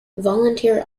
volunteer